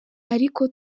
ariko